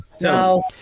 No